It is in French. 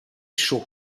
chaud